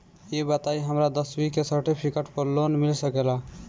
ई बताई हमरा दसवीं के सेर्टफिकेट पर लोन मिल सकेला?